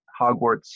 Hogwarts